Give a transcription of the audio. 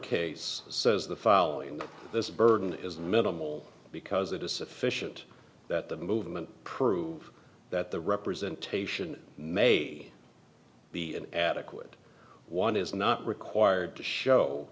case says the following this burden is minimal because it is sufficient that the movement proof that the representation may be an adequate one is not required to show